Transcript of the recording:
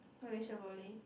Malaysia boleh